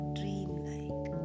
dreamlike